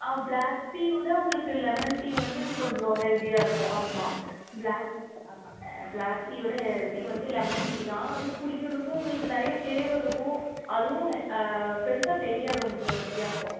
black tea விட உங்களுக்கு lemon tea வந்து கொஞ்சம் ஹெல்தியாக இருக்கும் ஆமாம் பிளாக் பிளாக் டீயை விட ஹெல்தி வந்து லெமன் டீ தான் அதுவும் குடிக்கிறதுக்கும் உங்களுக்கு நிறையா ஃப்ளேவர் இருக்கும் அதுவும் பெருசாக தெரியாது உங்களுக்கு வித்தியாசம்